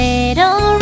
Little